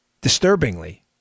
disturbingly